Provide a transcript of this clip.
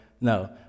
no